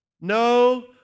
No